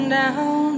down